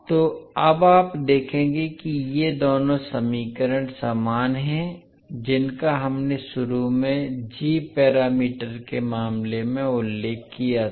तो अब आप देखेंगे कि ये दोनों समान समीकरण हैं जिनका हमने शुरू में जी पैरामीटर के मामले में उल्लेख किया था